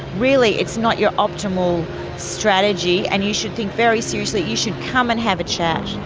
really it's not your optimal strategy and you should think very seriously, you should come and have a chat.